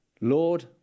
Lord